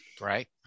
Right